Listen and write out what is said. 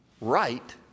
right